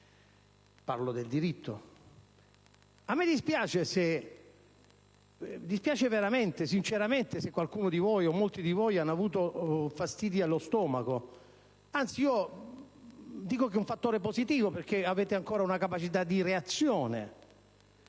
(parlo del diritto). A me dispiace veramente e sinceramente se qualcuno di voi, o se molti di voi, hanno avuto fastidi allo stomaco. Anzi, dico che è un fattore positivo, perché vuol dire che avete ancora una capacità di reazione,